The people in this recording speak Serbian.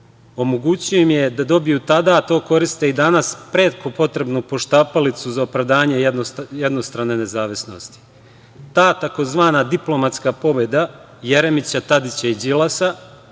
im je da dobiju tada, a to koriste i danas, retko potrebnu poštapalicu za opravdanje jednostrane nezavisnosti. Ta tzv. diplomatska pobeda Jeremića, Tadića i Đilasa